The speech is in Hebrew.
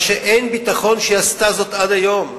מה שאין ביטחון שהיא עשתה עד היום,